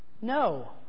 No